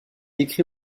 écrit